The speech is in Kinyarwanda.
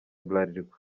bralirwa